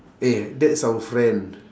eh that's our friend